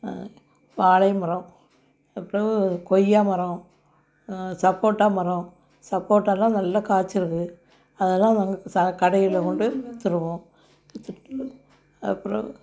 வாழை மரம் அப்புறோம் கொய்யா மரம் சப்போட்டா மரம் சப்போட்டாலாம் நல்லா காய்ச்சிருக்கு அதெல்லாம் நாங்கள் சா கடையில் கொண்டு விற்றுருவோம் விற்றுப்புட்டு அப்புறோம்